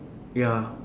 ya